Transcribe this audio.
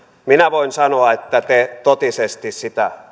minä voin sanoa että te totisesti sitä